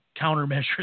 countermeasures